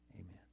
Amen